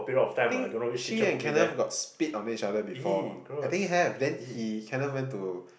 think she and Kenneth got split on each other before I think have then he Kenneth went to